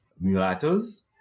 mulattoes